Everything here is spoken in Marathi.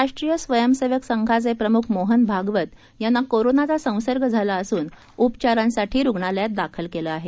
राष्ट्रीय स्वयंसेवक संघाचे प्रमुख मोहन भागवत यांना कोरोनाचा संसर्ग झाला असून उपचारांसाठी रुग्णालयात दाखल केलं आहे